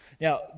Now